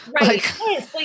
Right